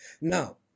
Now